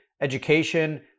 education